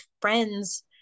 friends